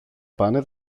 πάνε